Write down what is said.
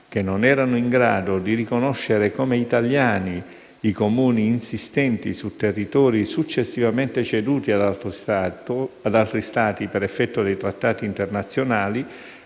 che non erano in grado di riconoscere come italiani i Comuni insistenti su territori successivamente ceduti ad altri Stati per effetto di trattati internazionali,